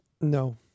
No